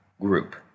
group